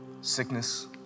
sickness